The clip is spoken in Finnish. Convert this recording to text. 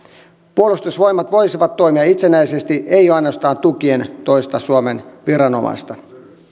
puolustusvoimat voisivat toimia itsenäisesti ei ainoastaan tukien toista suomen viranomaista